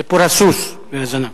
סיפור הסוס והזנב.